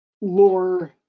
lore